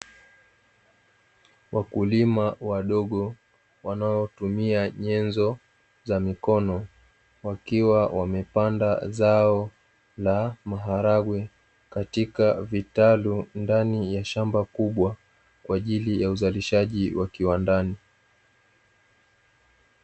Wakulima wadogo wanaotumia nyenzo za mikono, wakiwa wamepanda zao na maharage katika vitalu ndani ya shamba kubwa, kwa ajili ya uzalishaji wa kiwandani